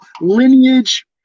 lineage